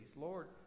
Lord